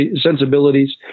sensibilities